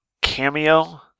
cameo